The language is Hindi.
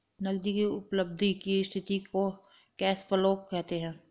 नगदी की उपलब्धि की स्थिति को कैश फ्लो कहते हैं